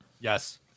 yes